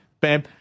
bam